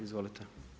Izvolite.